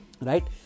right